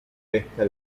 pesca